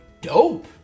Dope